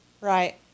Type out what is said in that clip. Right